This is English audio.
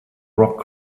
rock